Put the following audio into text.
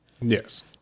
Yes